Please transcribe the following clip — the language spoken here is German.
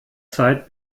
zeit